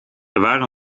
waren